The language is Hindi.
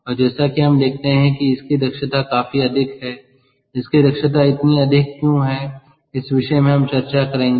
और जैसा कि हम देखते हैं कि इसकी दक्षता काफी अधिक है इसकी दक्षता इतनी अधिक क्यों है इस विषय में हम चर्चा करेंगे